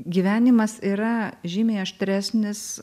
gyvenimas yra žymiai aštresnis